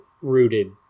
rooted